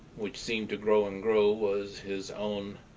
which seemed to grow and grow, was his own